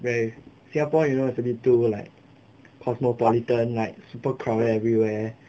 where singapore you know is a bit too like cosmopolitan like super crowded everywhere